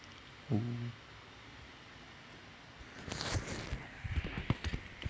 oh